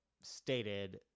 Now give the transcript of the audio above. stated